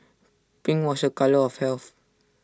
pink was A colour of health